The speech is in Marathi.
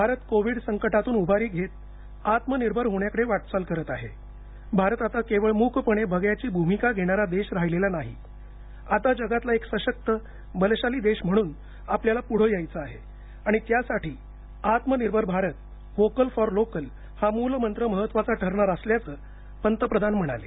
भारत कोविड संकटातून उभारी घेत आत्मनिर्भर होण्याकडेवाटचाल करत आहे भारत आता केवळ मूकपणे बघ्याची भूमिका घेणारा देशराहिलेला नाही आता जगातला एकासशक्त बलशाली देश म्हणून आपल्याला पुढे यायचं आहे आणि त्यासाठी आत्मनिर्भर भारत व्होकल फॉर लोकल हामूलमंत्र महत्त्वाचा ठरणार असल्याचं पंतप्रधानम्हणाले